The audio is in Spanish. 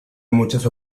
muchas